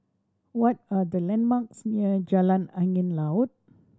what are the landmarks near Jalan Angin Laut